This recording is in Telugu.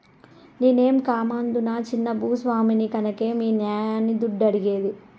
నేనేమీ కామందునా చిన్న భూ స్వామిని కన్కే మీ నాయన్ని దుడ్డు అడిగేది